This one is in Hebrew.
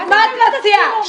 את לא חייבת להסכים.